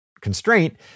constraint